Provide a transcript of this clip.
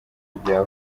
ibya